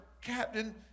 captain